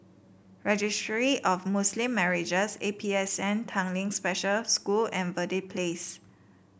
Registry of Muslim Marriages A P S N Tanglin Special School and Verde Place